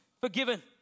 forgiven